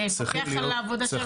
כדי לפקח על העבודה.